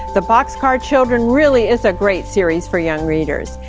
the boxcar children really is a great series for young readers.